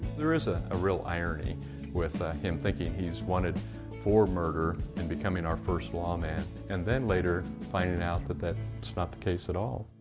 there is a ah real irony with ah him thinking he's wanted for murder and becoming our first lawman and then later finding out but that that's not the case at all.